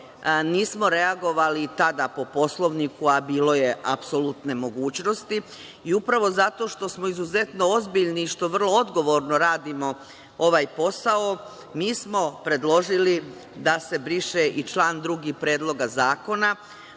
nismo reagovali tada po Poslovniku, a bilo je apsolutne mogućnosti i upravo zato što smo izuzetno ozbiljni i što vrlo odgovorno radimo ovaj posao, mi smo predložili da se briše i član 2. Predloga zakona.